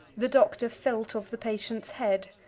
the doctor felt of the patient's head.